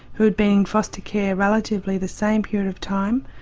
who had been in foster care relatively the same period of time,